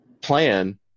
plan –